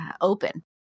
open